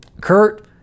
Kurt